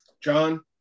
John